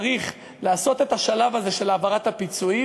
צריך לעשות את השלב הזה של העברת הפיצויים,